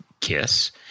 Kiss